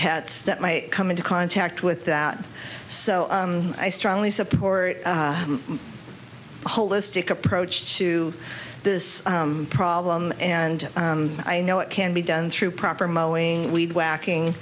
pets that might come into contact with that so i strongly support a holistic approach to this problem and i know it can be done through proper mowing weed whacking